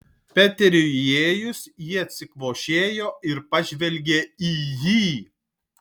peteriui įėjus ji atsikvošėjo ir pažvelgė į jį